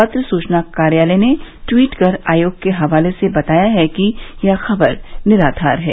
पत्र सूचना कार्यालय ने ट्वीट कर आयोग के हवाले से बताया है कि यह खबर निराधार है